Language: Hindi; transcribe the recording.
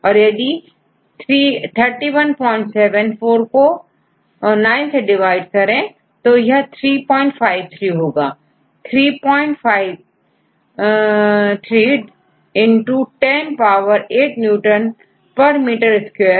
और यदि3174 और को 9 से डिवाइड करें तो353 होगापावर 8 न्यूटन पर मीटर स्क्वेयर